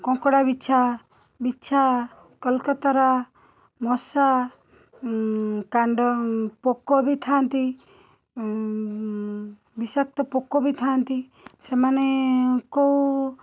ଏଁ କଙ୍କଡ଼ାବିଛା ବିଛା କଲକତରା ମଶା କାଣ୍ଡପୋକ ବି ଥାଆନ୍ତି ବିଷାକ୍ତପୋକ ବି ଥାଆନ୍ତି ସେମାନେ ଙ୍କୁ